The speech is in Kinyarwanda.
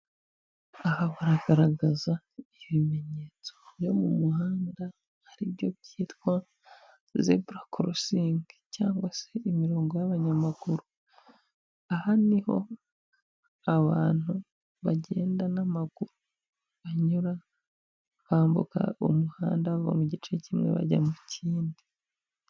Aha baragaragaza ibimenyetso byo mu muhanda ari byo byitwa zebura korosingi cyangwa se imirongo y'abanyamaguru. Aha ni ho abantu bagenda n'amaguru banyura bambuka umuhanda, bava mu gice kimwe bajya mu kindi.